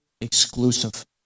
exclusive